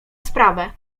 sprawę